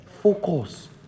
Focus